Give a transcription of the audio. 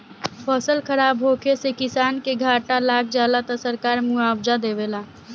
फसल खराब होखे से किसान के घाटा लाग जाला त सरकार मुआबजा देवेला